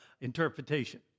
interpretation